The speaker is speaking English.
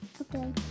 Okay